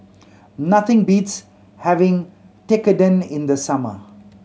nothing beats having Tekkadon in the summer